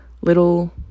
little